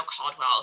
Caldwell